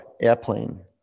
airplane